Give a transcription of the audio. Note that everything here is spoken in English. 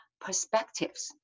perspectives